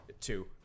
Two